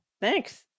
Thanks